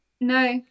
No